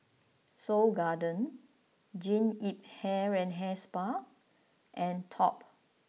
Seoul Garden Jean Yip Hair and Hair Spa and Top